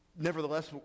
Nevertheless